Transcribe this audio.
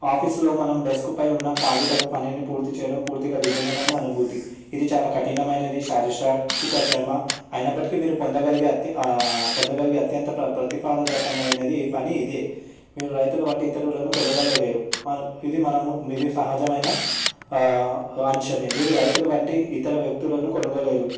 ఆఫీస్లో మనం డెస్క్పై ఉన్న కాగితపు పనిని పూర్తి చేయడం పూర్తిగా విభిన్నమైన అనుభూతి ఇది చాలా కఠినమైనది శారీష్రాక్తిక శ్రమ అయినప్పటికీ మీరు పొందగలిగే అత్యం పొందగలిగే అత్యంత ప్రతిపాదకమైనది పని ఇదే మీరు రైతుల వంటి ఇతరులను కొనగల లేరు ఇది మనము ఇది సహజమైన అంశమే మీరు రైతుల వంటి ఇతర వ్యక్తులను కొనగల లేరు